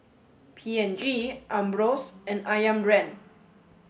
P and G Ambros and Ayam Brand